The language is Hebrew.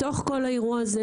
בתוך כל האירוע הזה,